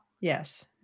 Yes